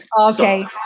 Okay